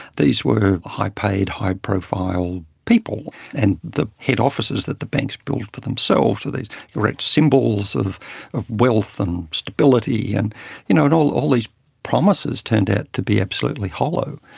these were high paid, high profile people, and the head offices that the banks built for themselves were these direct symbols of of wealth and stability, and you know and all all these promises turned out to be absolutely hollow.